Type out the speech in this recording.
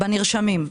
בנרשמים,